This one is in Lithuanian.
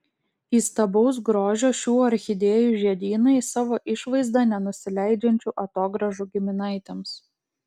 įstabaus grožio šių orchidėjų žiedynai savo išvaizda nenusileidžiančių atogrąžų giminaitėms